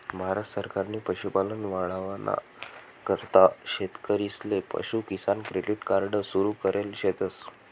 भारत सरकारनी पशुपालन वाढावाना करता शेतकरीसले पशु किसान क्रेडिट कार्ड सुरु करेल शेतस